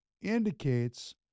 indicates